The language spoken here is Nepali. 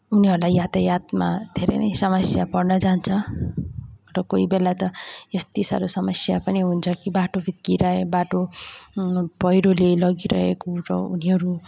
उनीहरूलाई यातायातमा धेरै नै समस्या पर्न जान्छ र कोही बेला त यति साह्रो समस्या पनि हुन्छ कि बाटो भत्किएर बाटो पहिरोले लगिरहेको र उनीहरू